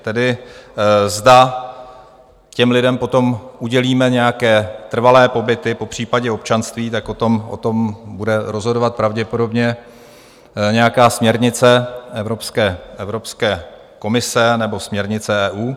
Tedy zda těm lidem potom udělíme nějaké trvalé pobyty, popřípadě občanství, tak o tom bude rozhodovat pravděpodobně nějaká směrnice Evropské komise nebo směrnice EU.